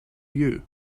you